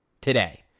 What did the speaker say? today